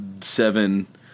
seven